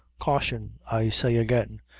caution, i say again.